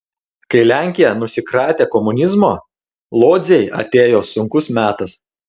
kai lenkija nusikratė komunizmo lodzei atėjo sunkus metas